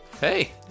Hey